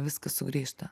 viskas sugrįžta